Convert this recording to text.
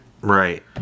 Right